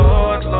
Lord